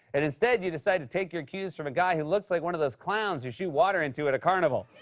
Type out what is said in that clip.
and instead, you decide to take your cues from a guy who looks like one of those clowns you shoot water into at a carnival.